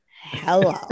Hello